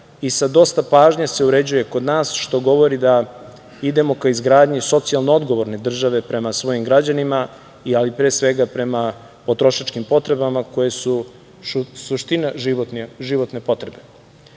i sa dosta pažnje se uređuje kod nas, što govori da idemo ka izgradnji socijalno odgovorne države prema svojim građanima, ali pre svega prema potrošačkim potrebama koje su suština životne potrebe. Novi